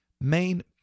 main